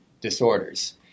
disorders